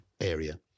area